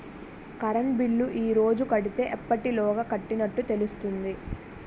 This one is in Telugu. కరెంట్ బిల్లు ఈ రోజు కడితే ఎప్పటిలోగా కట్టినట్టు తెలుస్తుంది?